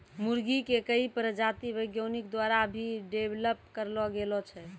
मुर्गा के कई प्रजाति वैज्ञानिक द्वारा भी डेवलप करलो गेलो छै